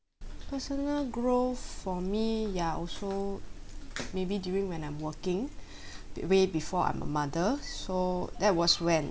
personal growth for me ya also maybe during when I'm working way before I'm a mother so that was when